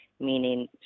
meaning